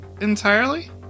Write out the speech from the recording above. entirely